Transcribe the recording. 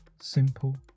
simple